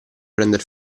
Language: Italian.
prender